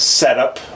setup